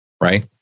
right